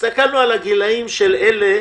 של אלה